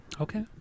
Okay